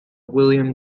william